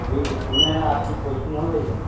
جی سنیں ہے آپ کی پوسٹنگ ہو گئی ہے